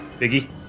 Biggie